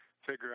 figure